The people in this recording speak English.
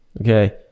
okay